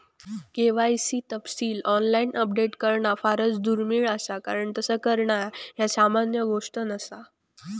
KYC तपशील online update करणा फारच दुर्मिळ असा कारण तस करणा ह्या सामान्य गोष्ट नसा